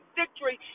victory